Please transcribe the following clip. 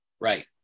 Right